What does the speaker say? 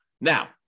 Now